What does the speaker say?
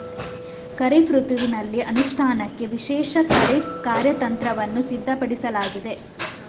ಖಾರಿಫ್ ಋತುವಿನಲ್ಲಿ ಅನುಷ್ಠಾನಕ್ಕೆ ವಿಶೇಷ ಖಾರಿಫ್ ಕಾರ್ಯತಂತ್ರವನ್ನು ಸಿದ್ಧಪಡಿಸಲಾಗಿದೆ